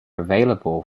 available